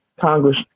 Congress